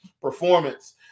performance